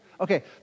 Okay